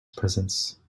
presence